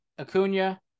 Acuna